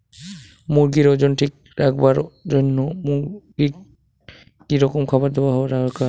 মুরগির ওজন ঠিক রাখবার জইন্যে মূর্গিক কি রকম খাবার দেওয়া দরকার?